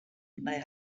nei